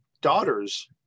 daughter's